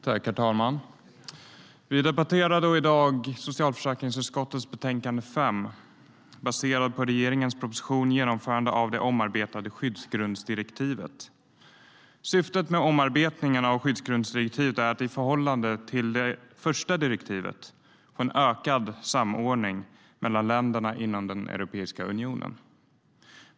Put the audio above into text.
Herr talman! Vi debatterar i dag socialförsäkringsutskottets betänkande 5, baserat på regeringens proposition Genomförande av det omarbetade skyddsgrundsdirektivet . Genomförande av det omarbetade skydds-grundsdirektivet Syftet med omarbetningen av skyddsgrundsdirektivet är att i förhållande till det första direktivet få en ökad samordning mellan länderna inom Europeiska unionen.